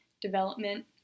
development